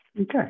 Okay